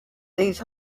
these